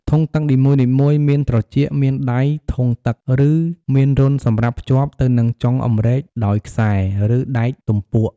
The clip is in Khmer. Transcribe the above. ធុងទឹកនីមួយៗមានត្រចៀក មានដៃធុងទឹក ឬមានរន្ធសម្រាប់ភ្ជាប់ទៅនឹងចុងអម្រែកដោយខ្សែ ឬដែកទំពក់។